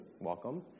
welcome